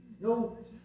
No